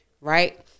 Right